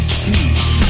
choose